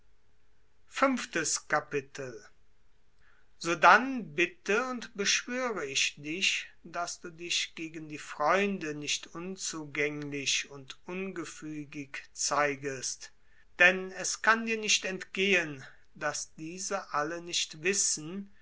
sodann bitte und beschwöre ich dich daß du dich gegen die freunde nicht unzugänglich und ungefügig zeigest denn es kann dir nicht entgehen daß diese alle nicht wissen